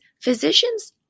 physicians